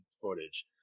footage